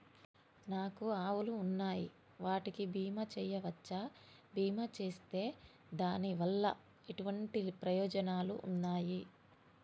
నాకు ఆవులు ఉన్నాయి వాటికి బీమా చెయ్యవచ్చా? బీమా చేస్తే దాని వల్ల ఎటువంటి ప్రయోజనాలు ఉన్నాయి?